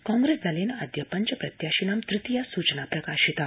कांग्रेसदलेनाद्य पञ्च प्रत्याशिनां तृतीया सूचना प्रकाशिता